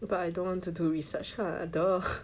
but I don't want to do research lah !duh!